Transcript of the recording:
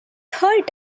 hurt